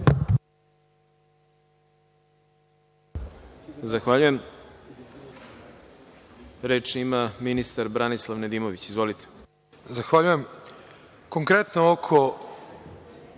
Zahvaljujem. Reč ima ministar Branislav Nedimović.